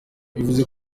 bivuze